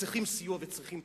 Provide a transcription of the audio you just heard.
וצריכים תמיכה.